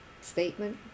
statement